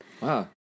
Wow